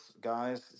guys